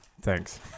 Thanks